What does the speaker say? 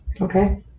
okay